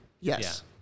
Yes